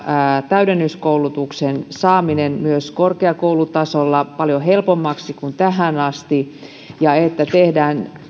täydennyskoulutuksen saaminen myös korkeakoulutasolla paljon helpommaksi kuin tähän asti ja että tehdään